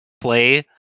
play